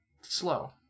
slow